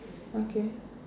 okay